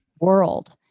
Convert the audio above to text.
world